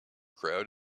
crowd